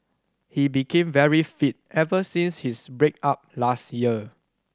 he became very fit ever since his break up last year